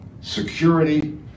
security